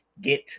get